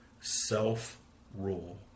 self-rule